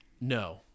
No